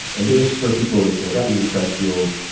and just for people listening, steven pressfield,